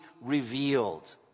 revealed